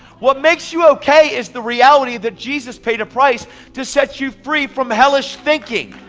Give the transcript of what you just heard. what makes you okay is the reality that jesus paid a price to set you free from hellish thinking.